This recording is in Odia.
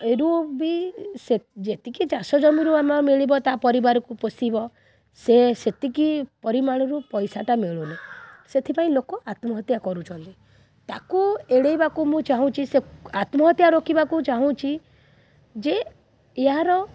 ଏଇଠୁ ବି ସେ ଯେତିକି ଚାଷ ଜମିରୁ ଆମ ମିଳିବ ତା ପରିବାରକୁ ପୋଷିବ ସେ ସେତିକି ପରିମାଣରୁ ପଇସାଟା ମିଳୁନି ସେଥିପାଇଁ ଲୋକ ଆତ୍ମହତ୍ୟା କରୁଛନ୍ତି ତାକୁ ଏଡ଼ାଇବାକୁ ମୁଁ ଚାହୁଁଛି ସେ ଆତ୍ମହତ୍ୟା ରୋକିବାକୁ ଚାହୁଁଛି ଯେ ଏହାର